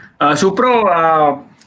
Supro